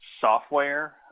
software